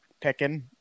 picking